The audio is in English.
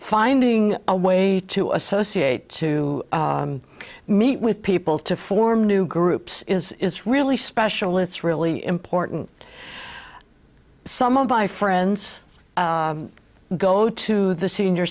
finding a way to associate to meet with people to form new groups is is really special it's really important some of my friends go to the senior